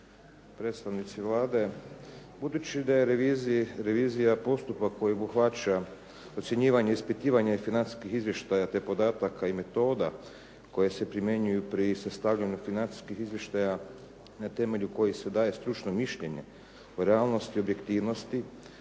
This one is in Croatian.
predstavnici Vlade. Budući da je revizija postupak koji obuhvaća ocjenjivanje i ispitivanje financijskih izvještaja te podataka i metoda koje se primjenjuju pri sastavljanju financijskih izvještaja na temelju kojih se daje stručno mišljenje u realnosti i objektivnosti,